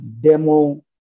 demo